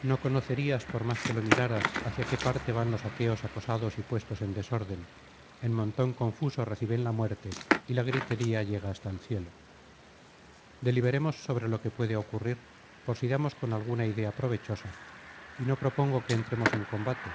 no conocerías por más que lo miraras hacia qué parte van los aqueos acosados y puestos en desorden en montón confuso reciben la muerte y la gritería llega hasta el cielo deliberemos sobre lo que puede ocurrir por si damos con alguna idea provechosa y no propongo que entremos en combate